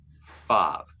five